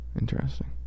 Interesting